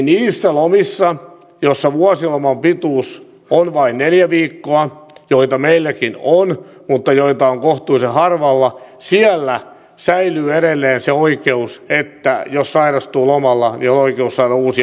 niissä lomissa joissa vuosiloman pituus on vain neljä viikkoa joita meilläkin on mutta joita on kohtuullisen harvalla säilyy edelleen se oikeus että jos sairastuu lomalla niin on oikeus saada uusia lomapäiviä